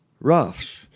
rafts